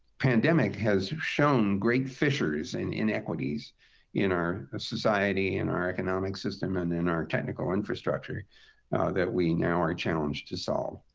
pandemic has shown great fissures and inequities in our society, in our economic system, and in our technical infrastructure that we now are challenged to solve.